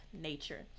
nature